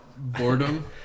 boredom